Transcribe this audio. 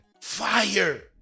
Fire